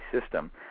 system